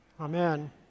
amen